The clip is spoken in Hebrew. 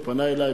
הוא פנה אלי,